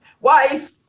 Wife